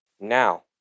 Now